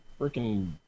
freaking